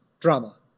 drama